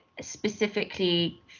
specifically